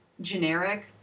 generic